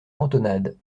cantonade